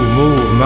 move